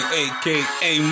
aka